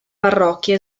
parrocchia